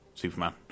Superman